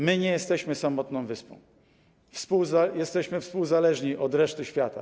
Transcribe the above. My nie jesteśmy samotną wyspą, jesteśmy współzależni od reszty świata.